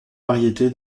variété